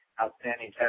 outstanding